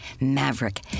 maverick